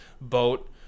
boat